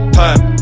time